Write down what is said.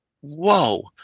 whoa